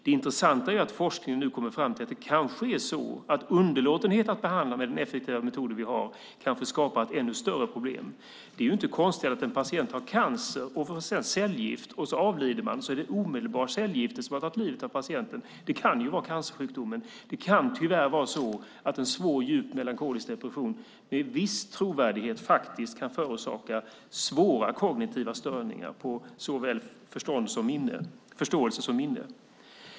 Det intressanta är att forskningen nu kommit fram till att det kanske är så att underlåtenhet att behandla med de effektiva metoder vi har skapar ett ännu större problem. Det är inte konstigare än att en patient har cancer och får cellgift, och om patienten avlider antas det omedelbart vara cellgiftet som har tagit livet av patienten. Det kan ju vara cancersjukdomen. Tyvärr kan en svår, djup melankolisk depression med viss trovärdighet förorsaka svåra kognitiva störningar på såväl förståelse som minne.